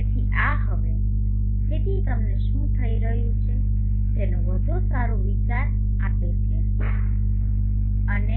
તેથી આ હવે આ સ્થિતિ તમને શું થઈ રહ્યું છે તેનો વધુ સારો વિચાર આપે છે અને